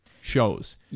shows